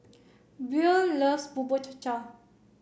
Buel loves Bubur Cha Cha